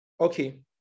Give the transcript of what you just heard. Okay